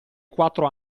quattro